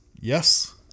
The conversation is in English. Yes